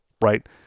right